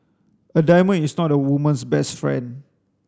a diamond is not a woman's best friend